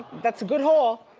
that's a good haul.